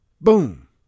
boom